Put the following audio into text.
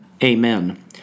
Amen